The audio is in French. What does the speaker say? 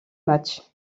match